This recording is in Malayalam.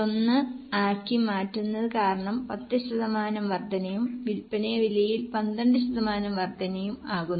1 ആക്കി മാറ്റുന്നത് കാരണം 10 ശതമാനം വർദ്ധനയും വിൽപ്പന വിലയിൽ 12 ശതമാനം വർദ്ധനയും ആകുന്നു